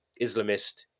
Islamist